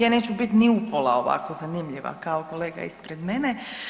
Ja neću biti ni u pola ovako zanimljiva kao kolege ispred mene.